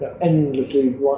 endlessly